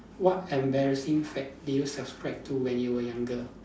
what embarrassing fad did you subscribe to when you were younger